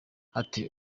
ati